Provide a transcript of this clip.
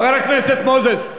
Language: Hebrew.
חבר הכנסת מוזס,